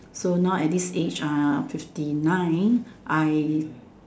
so now at this age uh fifty nine I